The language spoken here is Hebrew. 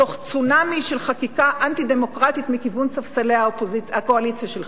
תוך צונאמי של חקיקה אנטי-דמוקרטית מכיוון ספסלי הקואליציה שלך.